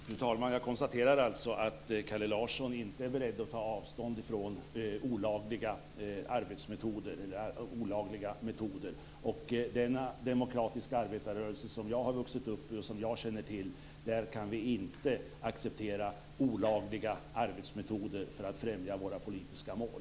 Fru talman! Jag konstaterar alltså att Kalle Larsson inte är beredd att ta avstånd från olagliga metoder. I den demokratiska arbetarrörelse som jag har vuxit upp i och som jag känner till kan vi inte acceptera olagliga arbetsmetoder för att främja våra politiska mål.